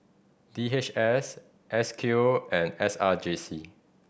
D H S S Q and S R J C